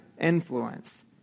influence